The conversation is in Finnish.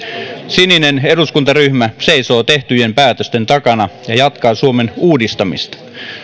sininen eduskuntaryhmä seisoo tehtyjen päätösten takana ja jatkaa suomen uudistamista